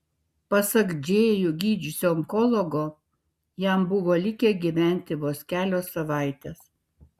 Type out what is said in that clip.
pasak džėjų gydžiusio onkologo jam buvo likę gyventi vos kelios savaitės